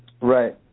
Right